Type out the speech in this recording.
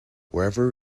wherever